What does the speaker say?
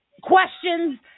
questions